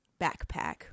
backpack